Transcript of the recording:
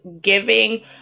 giving